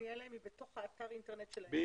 שהפנייה אליהם היא בתוך אתר האינטרנט שלהם.